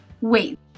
Wait